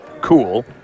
Cool